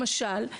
למשל,